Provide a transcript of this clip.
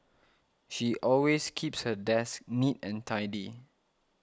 she always keeps her desk neat and tidy